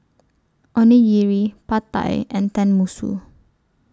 Onigiri Pad Thai and Tenmusu